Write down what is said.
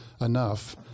enough